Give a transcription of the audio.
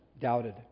doubted